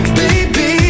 baby